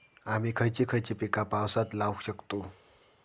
आम्ही खयची खयची पीका पावसात लावक शकतु?